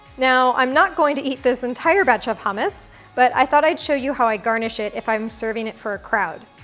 now, i'm not going to eat this entire batch of hummus but i thought i'd show you how i garnish it if i'm serving it for a crowd.